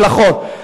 מקלחות,